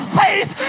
faith